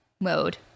mode